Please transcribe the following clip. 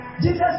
Jesus